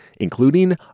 including